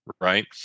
right